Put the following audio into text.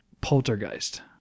Poltergeist